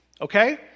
Okay